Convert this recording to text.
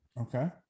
Okay